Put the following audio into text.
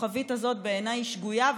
הכוכבית הזאת בעיניי שגויה,